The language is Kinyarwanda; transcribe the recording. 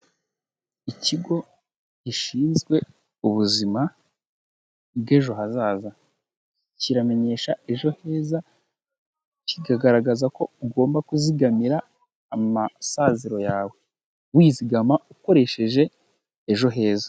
Ikigo gishinzwe ubuzima bw'ejo hazaza, iramenyesha ejo heza kikagaragaza ko ugomba kuzigamira amasaziro yawe wizigama ukoresheje ejo heza.